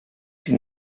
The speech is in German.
die